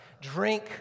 drink